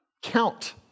count